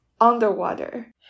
underwater